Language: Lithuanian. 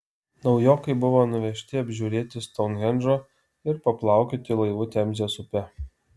naujokai buvo nuvežti apžiūrėti stounhendžo ir paplaukioti laivu temzės upe